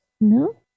No